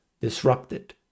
disrupted